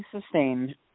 sustained